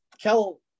Kel